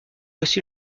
aussi